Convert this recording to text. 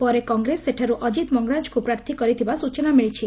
ପରେ କଂଗ୍ରେସ ସେଠାରୁ ଅଜିତ୍ ମଙ୍ଗରାଜଙ୍କୁ ପ୍ରାର୍ଥୀ କରିଥିବା ସ୍ଟଚନା ମିଳିଛି